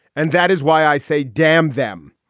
and that is why i say, damn them.